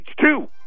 two